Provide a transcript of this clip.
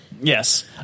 Yes